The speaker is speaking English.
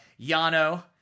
Yano